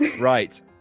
Right